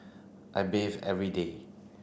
I bathe every day